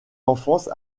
enfance